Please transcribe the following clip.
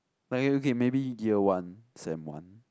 like uh okay maybe year one sem one